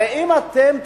הרי אם תסכימו,